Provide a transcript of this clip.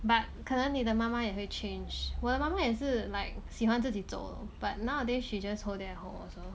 but 可能你的妈妈也会 change 我的妈妈也是 like 喜欢自己走 but nowadays she just whole day at home also